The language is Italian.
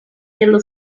dello